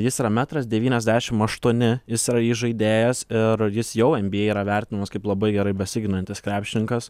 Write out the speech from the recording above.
jis yra metras devyniasdešim aštuoni jis yra įžaidėjas ir jis jau nba yra vertinamas kaip labai gerai besiginantis krepšininkas